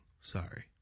Sorry